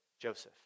Joseph